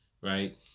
right